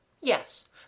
Yes